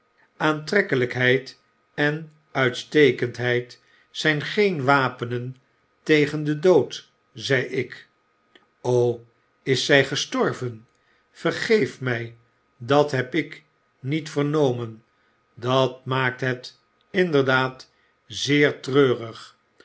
aantrekkelykheid en uitstekendheid zijngeen wapenen tegen den dood zei ik is zy gestorven vergeef mij dat heb ik niet vernomen dat maakt het inderdaad zeer zeer treurig